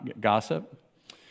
gossip